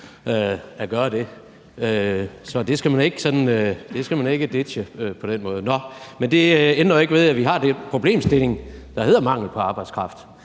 at gøre det. Så det skal man ikke ditche på den måde. Men det ændrer ikke ved, at vi har den problemstilling, der hedder mangel på arbejdskraft,